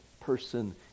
person